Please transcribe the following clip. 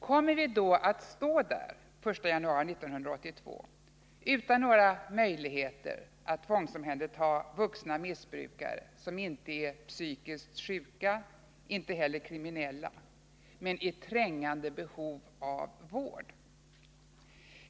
Kommer vi då att stå där den 1 januari 1982 utan några möjligheter att tvångsomhänderta vuxna missbrukare som inte är psykiskt sjuka eller kriminella men i trängande behov av vård?